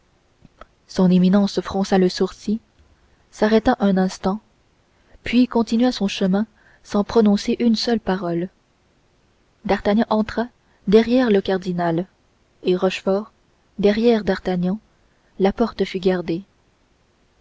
son éminence fronça le sourcil s'arrêta un instant puis continua son chemin sans prononcer une seule parole d'artagnan entra derrière le cardinal et rochefort derrière d'artagnan la porte fut gardée